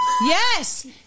Yes